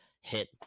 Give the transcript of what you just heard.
hit